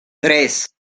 tres